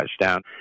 touchdown